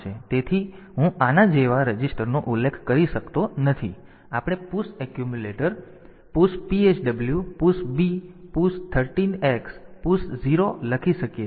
તેથી હું આના જેવા રજિસ્ટર્સનો ઉલ્લેખ કરી શકતો નથી આપણે push accumulator push acc push psw push b push 13 x push 0 લખી શકીએ છીએ